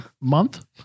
month